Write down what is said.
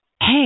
hey